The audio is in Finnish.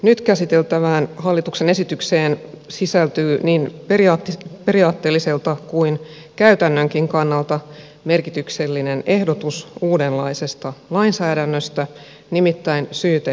nyt käsiteltävään hallituksen esitykseen sisältyy niin periaatteelliselta kuin käytännönkin kannalta merkityksellinen ehdotus uudenlaisesta lainsäädännöstä nimittäin syyteneuvottelusta